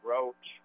Roach